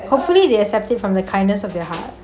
hopefully they accepted from the kindness of their heart